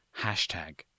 Hashtag